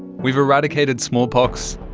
we've eradicated smallpox,